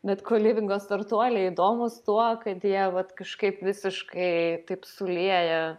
bet kolivingo startuoliai įdomūs tuo kad jie vat kažkaip visiškai taip sulieja